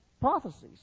Prophecies